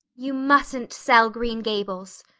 you mustn't sell green gables,